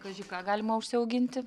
kaži ką galima užsiauginti